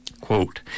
Quote